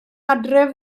adref